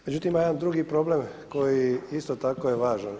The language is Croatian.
Međutim ima jedan drugi problem koji isto tako je važan.